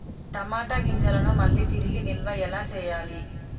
టమాట గింజలను మళ్ళీ తిరిగి నిల్వ ఎలా చేయాలి?